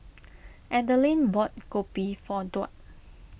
Adelyn bought Kopi for Duard